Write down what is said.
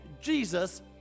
Jesus